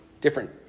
different